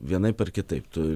vienaip ar kitaip tu